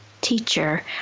teacher